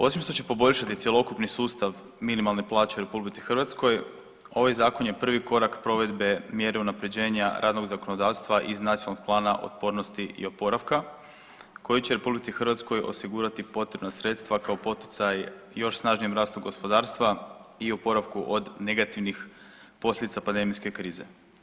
Osim što će poboljšati cjelokupni sustav minimalne plaće u RH, ovaj Zakon je prvi korak provedbe mjere unaprjeđenja radnog zakonodavstva iz Nacionalnog plana otpornosti i oporavka koji će RH osigurati potrebna sredstva kao poticaj još snažnijem rastu gospodarstva i oporavku od negativnih posljedica pandemijske krize.